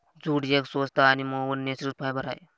jute एक स्वस्त आणि मऊ नैसर्गिक फायबर आहे